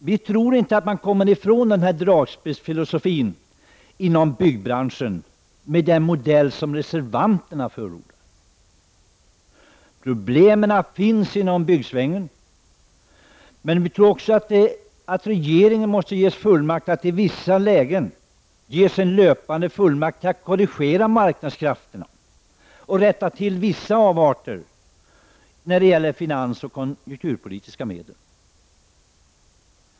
Vi tror inte att man kommer ifrån den här dragspelsfilosofin inom byggbranschen med den modell som reservanterna förordar. Problemen finns inom byggsvängen. Vi tror också att regeringen måste ges fullmakt att i vissa lägen korrigera marknadskrafterna och rätta till vissa avarter när det gäller finansoch konjunkturpolitiska medel.